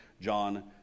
John